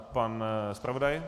Pan zpravodaj?